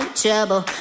trouble